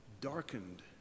darkened